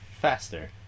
faster